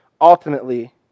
ultimately